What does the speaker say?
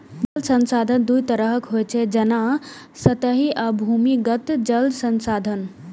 जल संसाधन दू तरहक होइ छै, जेना सतही आ भूमिगत जल संसाधन